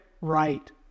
right